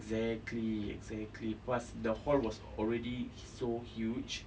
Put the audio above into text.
exactly exactly plus the hall was already so huge